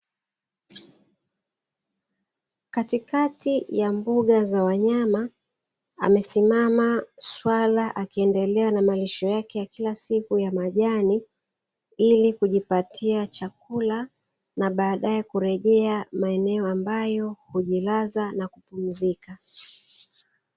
Katikati ya mbuga za wanyama amesimama swala akiendelea na malisho yake ya Kila siku ya majani, ili kujipatia chakula na Baadae kurejea maeneo ambayo hujilaza na kupumzika.